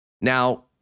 now